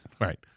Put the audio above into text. right